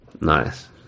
nice